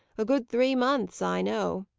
a good three months, i know.